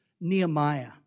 Nehemiah